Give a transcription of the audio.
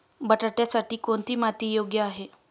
बटाट्यासाठी कोणती माती योग्य आहे?